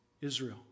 Israel